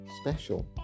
special